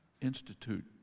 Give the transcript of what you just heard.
institute